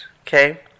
okay